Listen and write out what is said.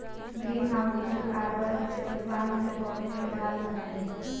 greenhouse धूल आर बर्फ के तूफान से पौध के ढाल बनय हइ